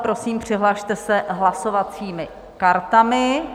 Prosím, přihlaste se hlasovacími kartami.